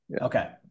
Okay